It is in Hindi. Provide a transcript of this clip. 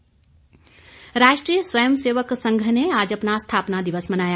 आरएसएस राष्ट्रीय स्वयं सेवक संघ ने आज अपना स्थापना दिवस मनाया